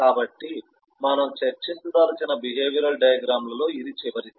కాబట్టి మనము చర్చించదలిచిన బిహేవియరల్ డయాగ్రమ్ లలో ఇది చివరిది